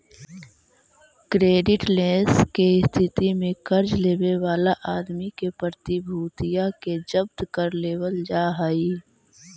creditless के स्थिति में कर्ज लेवे वाला आदमी के प्रतिभूतिया के जब्त कर लेवल जा हई